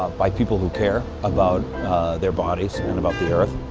by people who care about their bodies and about the earth.